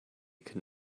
could